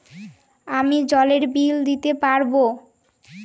আমি জলের বিল দিতে পারবো?